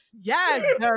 yes